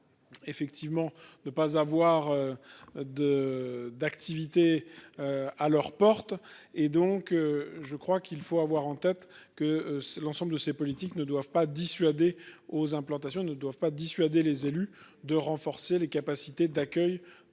Effectivement ne pas avoir. De d'activité. À leur porte et donc je crois qu'il faut avoir en tête que l'ensemble de ces politiques ne doivent pas dissuadé aux implantations ne doivent pas dissuader les élus de renforcer les capacités d'accueil